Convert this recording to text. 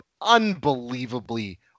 unbelievably